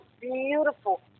beautiful